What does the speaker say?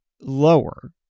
lower